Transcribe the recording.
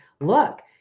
Look